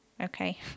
Okay